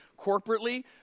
corporately